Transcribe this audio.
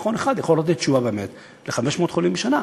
מכון אחד יכול לתת תשובה באמת ל-500 חולים בשנה,